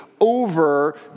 over